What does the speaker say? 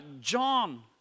John